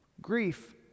Grief